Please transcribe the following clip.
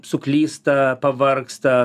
suklysta pavargsta